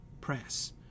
press